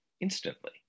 instantly